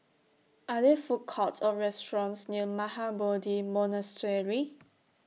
Are There Food Courts Or restaurants near Mahabodhi Monastery